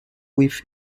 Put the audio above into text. with